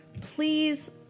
please